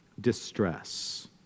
distress